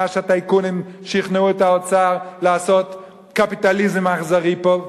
מאז שכנעו הטייקונים את האוצר לעשות קפיטליזם אכזרי פה?